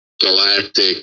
Galactic